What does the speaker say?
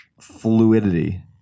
fluidity